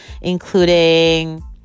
including